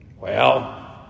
Well